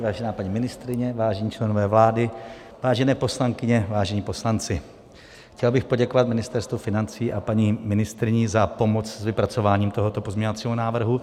Vážený pane předsedající, vážená paní ministryně, vážení členové vlády, vážené poslankyně, vážení poslanci, chtěl bych poděkovat Ministerstvu financí a paní ministryni za pomoc s vypracováním tohoto pozměňovacího návrhu.